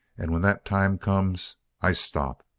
and when that time comes, i stop.